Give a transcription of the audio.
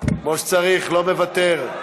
כמו שצריך, לא מוותר.